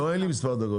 לא, אין לי מספר דקות.